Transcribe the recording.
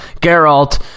Geralt